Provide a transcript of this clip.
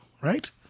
Right